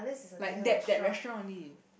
like that that restaurant only